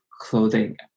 clothing